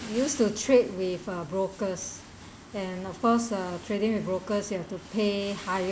used to trade with uh brokers and of course uh trading with brokers you have to pay higher